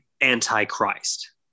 anti-Christ